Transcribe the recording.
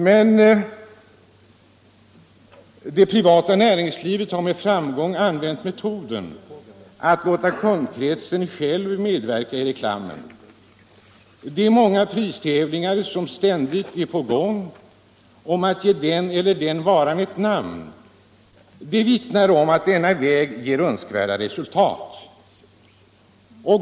Men det privata näringslivet har med framgång använt metoden att låta kundkretsen själv medverka i reklamen. De många pristävlingar som ständigt är på gång för att ge den eller den varan ett namn vittnar om att denna väg ger önskvärda resultat.